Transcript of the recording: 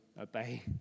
obey